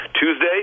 Tuesday